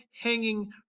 hanging